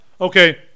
Okay